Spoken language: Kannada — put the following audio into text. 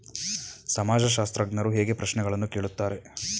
ಸಮಾಜಶಾಸ್ತ್ರಜ್ಞರು ಹೇಗೆ ಪ್ರಶ್ನೆಗಳನ್ನು ಕೇಳುತ್ತಾರೆ?